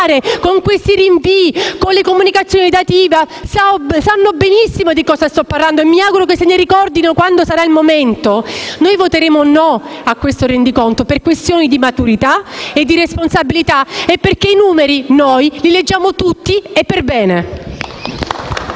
con questi rinvii e con la comunicazione dei dati IVA sanno benissimo di cosa sto parlando e mi auguro che se ne ricordino quando sarà il momento - noi voteremo no a questo rendiconto, per una questione di maturità e di responsabilità e perché i numeri noi li leggiamo tutti e per bene.